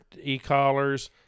e-collars